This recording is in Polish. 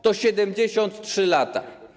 To 73 lata.